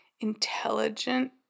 intelligent